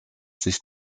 sich